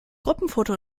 gruppenfoto